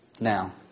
Now